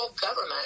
government